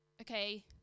okay